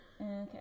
Okay